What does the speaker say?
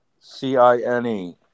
C-I-N-E